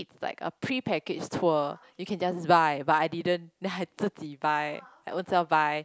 like a pre packaged tour you can just buy but I didn't then I 自己 buy own self buy